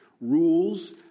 rules